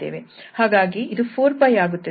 ಹಾಗಾಗಿ ಇದು 4𝜋 ಆಗುತ್ತದೆ ಮತ್ತು ಇದು 6𝜋 ಆಗಿದೆ